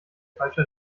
falsche